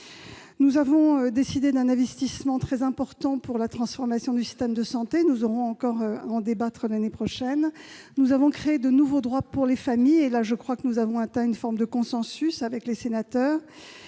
Nous avons décidé un investissement très important en faveur de la transformation du système de santé, sujet dont nous aurons à débattre l'année prochaine. Nous avons créé de nouveaux droits pour les familles et je crois que nous avons atteint une forme de consensus avec le Sénat